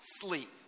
sleep